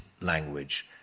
language